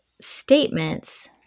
statements